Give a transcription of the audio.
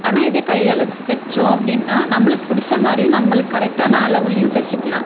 ஆனால் இதே கையால் தைச்சோம் அப்படின்னா நம்மளுக்கு பிடிச்ச மாதிரியும் நம்மளுக்கு கரெக்டான அளவுலேயும் தைச்சிக்கலாம்